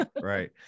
right